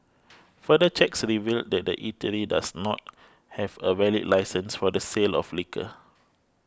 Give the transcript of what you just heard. further checks revealed that the eatery does not have a valid licence for the sale of liquor